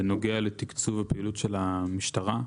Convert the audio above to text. בנוגע לתקצוב הפעילות של המשטרה.